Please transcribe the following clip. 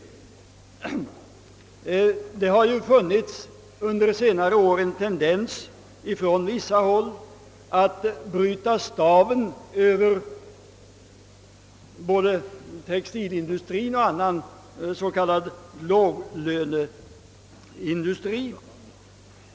Under senare år har funnits en tendens från vissa håll att bryta staven över både textilindustrien och annan s.k. låglöneindustri.